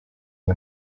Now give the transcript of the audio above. iyi